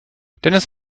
dennis